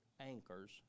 anchors